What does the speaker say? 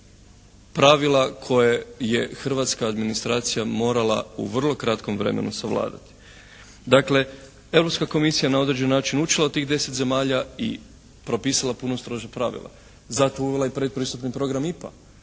pravila koje je hrvatska administracija morala u vrlo kratkom vremenu savladati. Dakle, Europska komisija na određeni način je učila od 10 zemalja i propisala puno stroža pravila. Zato je i uvela predpristupni program IPA